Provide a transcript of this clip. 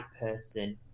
person